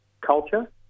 culture